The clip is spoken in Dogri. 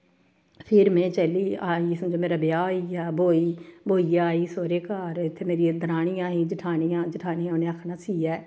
फिर में चली आई समझो मेरी ब्याह् होइया ब्होई ब्होइयै आई सोह्रै घर इ'त्थें मेरियां दरानियां आई जठानियां जठानियां उ'नें आखना सीयै